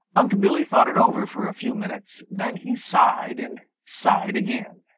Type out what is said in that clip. unc' billy thought it over for a few minutes. then he sighed and sighed again.